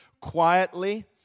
quietly